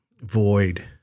void